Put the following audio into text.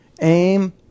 aim